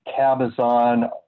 cabazon